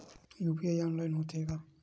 UPI online होथे का?